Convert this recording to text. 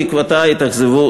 תקוותי נכזבו,